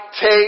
take